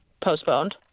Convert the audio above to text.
postponed